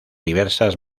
diversas